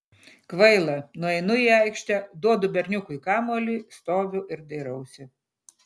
kvaila nueinu į aikštę duodu berniukui kamuolį stoviu ir dairausi